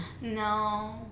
No